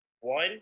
one